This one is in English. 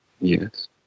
Yes